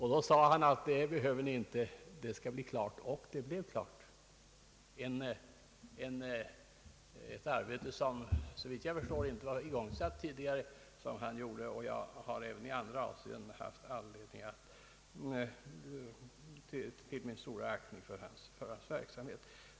Han sade att det behövde vi inte, utan att saken skall ordnas. Och det blev den! Det var ett arbete som såvitt jag förstår inte var igångsatt tidigare men som han gjorde. Jag har även i andra avseenden haft anledning till stor aktning för herr Klings verksamhet.